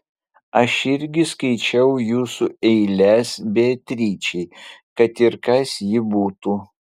aš irgi skaičiau jūsų eiles beatričei kad ir kas ji būtų